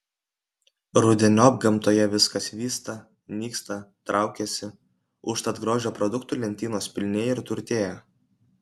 rudeniop gamtoje viskas vysta nyksta traukiasi užtat grožio produktų lentynos pilnėja ir turtėja